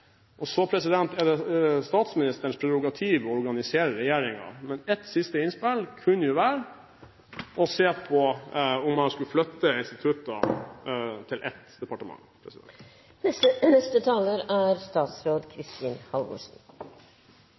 Det er statsministerens prerogativ å organisere regjeringen, men – et siste innspill – kanskje man kunne se på hvorvidt man skulle flytte instituttene til ett departement.